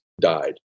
died